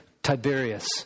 Tiberius